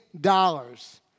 dollars